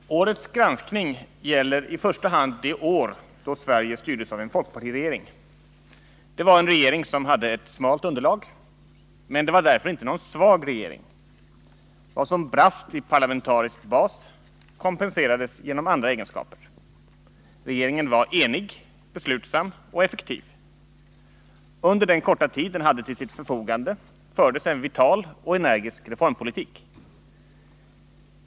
Herr talman! Årets granskning gäller i första hand det år då Sverige styrdes av en folkpartiregering. Denna regering hade ett smalt underlag men var trots detta inte någon svag regering. Vad som brast i fråga om parlamentarisk bas kompenserades genom andra egenskaper: regeringen var enig, beslutsam och effektiv. Under den korta tid den hade till sitt förfogande fördes en vital och energisk reformpolitik.